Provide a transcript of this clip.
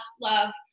love